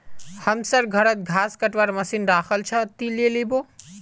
हमसर घरत घास कटवार मशीन रखाल छ, ती ले लिबो